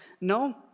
no